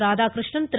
Radhakrishnan Thiru